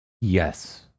Yes